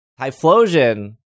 typhlosion